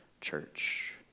Church